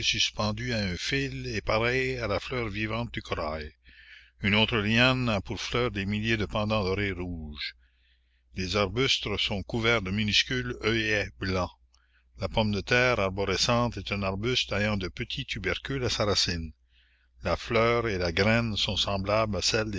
suspendues à un fil et pareilles à la fleur vivante du corail une autre liane a pour fleurs des milliers de pendants d'oreilles rouges des arbustes sont couverts de minuscules œillets blancs la pomme de terre arborescente est un arbuste ayant de petits tubercules à sa racine la fleur et la graine sont semblables à celles